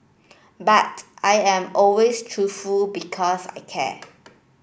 but I am always truthful because I care